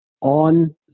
On